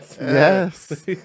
yes